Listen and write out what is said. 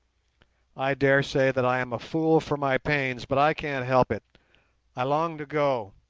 i dare say that i am a fool for my pains, but i can't help it i long to go,